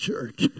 church